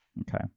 Okay